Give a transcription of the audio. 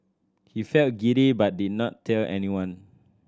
he felt giddy but did not tell anyone